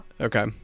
Okay